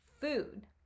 food